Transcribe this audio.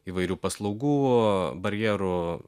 įvairių paslaugų barjerų